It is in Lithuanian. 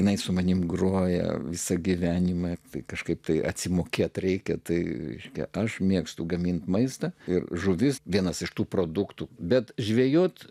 jinai su manimi groja visą gyvenimą tai kažkaip tai atsimokėti reikia tai reiškia aš mėgstu gaminti maistą ir žuvis vienas iš tų produktų bet žvejoti